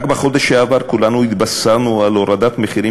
רק בחודש שעבר כולנו התבשרנו על הורדת מחירים